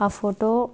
ఆ ఫోటో